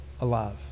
alive